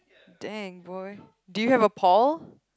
dang boy do you have a Paul